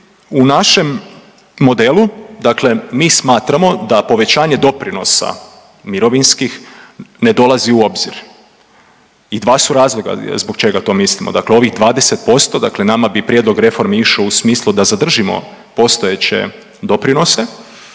u našem modelu dakle mi smatramo da povećanje doprinosa mirovinskih ne dolazi u obzir. I dva su razloga zbog čega to mislimo, dakle ovih 20% dakle nama bi prijedlog reformi išao u smislu da zadržimo postojeće doprinose.